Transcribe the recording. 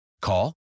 Call